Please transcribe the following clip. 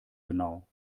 genau